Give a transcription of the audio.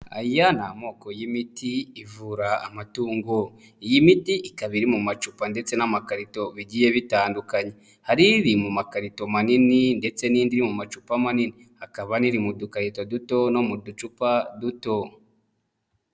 Aya ni amoko y'imiti ivura amatungo, iyi miti ikaba iri mu macupa ndetse n'amakarito bigiye bitandukanye, hari iri mu makarito manini ndetse n'indi iri mu macupa manini, hakaba n'iri mu dukarito duto no mu ducupa duto.